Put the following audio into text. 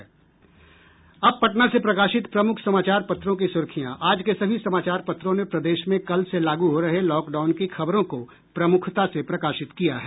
अब पटना से प्रकाशित प्रमुख समाचार पत्रों की सुर्खियां आज के सभी समाचार पत्रों ने प्रदेश में कल से लागू हो रहे लॉकडाउन के खबरों को प्रमुखता से प्रकाशित किया है